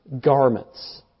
garments